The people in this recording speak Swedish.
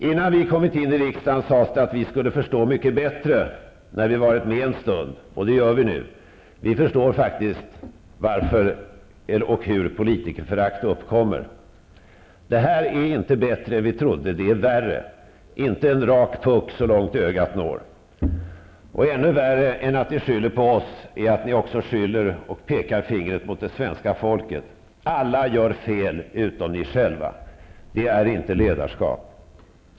Innan vi kommit in i riksdagen sades det att vi skulle förstå mycket bättre när vi varit med en stund, och det gör vi nu. Vi förstår faktiskt varför och hur politikerförakt uppkommer. Det här är inte bättre än vi trodde. Det är värre. Inte en rak puck så långt ögat når. Och ännu värre än att ni skyller på oss är att ni också skyller på och pekar finger mot det svenska folket. Alla gör fel utom ni själva. Det är inte ledarskap.